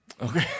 Okay